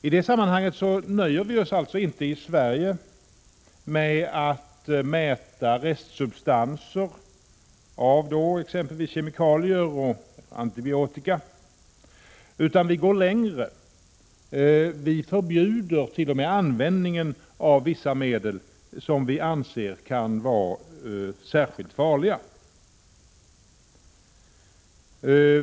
I det sammanhanget nöjer vi oss i Sverige inte med att mäta restsubstanser av exempelvis kemikalier och antibiotika utan vi går längre — vi t.o.m. förbjuder användningen av vissa medel som vi anser vara särskilt farliga.